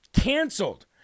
canceled